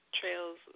Trail's